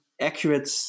accurate